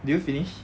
did you finish